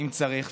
אם צריך,